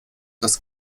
das